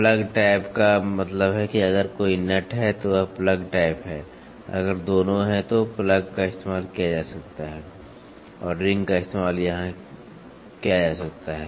plug type का मतलब है कि अगर कोई नट है तो वह प्लग टाइप है अगर दोनों हैं तो प्लग का इस्तेमाल किया जा सकता है और रिंग का इस्तेमाल यहां किया जा सकता है